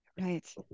right